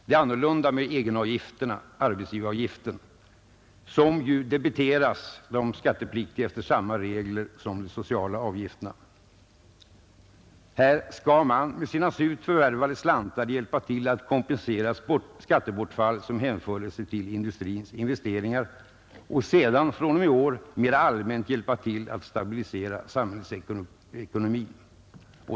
Det är annorlunda med egenavgiften, arbetsgivaravgiften, som ju debiteras de skattepliktiga efter samma regler som de sociala avgifterna. Här skall man med sina surt förvärvade slantar hjälpa till att kompensera ett skattebortfall som hänförde sig till industrins investeringar — och sedan från och med i år mera allmänt hjälpa till att stabilisera samhällsekonomin.